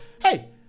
hey